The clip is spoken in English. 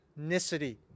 ethnicity